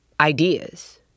ideas